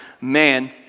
man